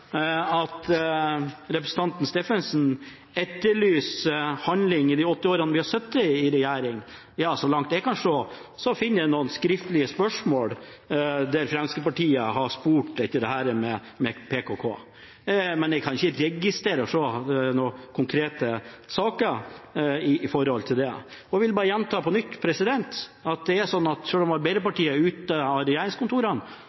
at representanten Steffensen etterlyser handling i de åtte årene vi satt i regjering. Ja, så langt jeg kan se, er det noen skriftlige spørsmål der Fremskrittspartiet har spurt etter dette med PKK. Men jeg kan ikke registrere å ha sett noen konkrete saker når det gjelder det. Jeg vil bare på nytt gjenta at selv om Arbeiderpartiet er ute av regjeringskontorene,